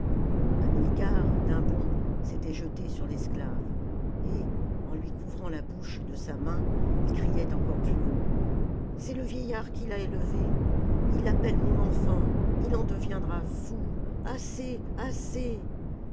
enfant hamilcar d'un bond s'était jeté sur l'esclave et en lui couvrant la bouche de sa main il criait encore plus haut c'est le vieillard qui l'a élevé il l'appelle mon enfant il en deviendra fou assez assez